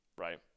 right